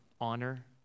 honor